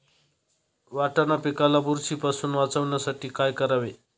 वाटाणा पिकाला बुरशीपासून वाचवण्यासाठी काय करावे?